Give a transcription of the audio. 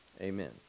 amen